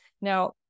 Now